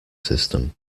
system